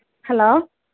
hello